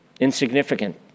Insignificant